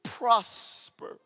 prosper